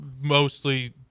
mostly